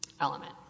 element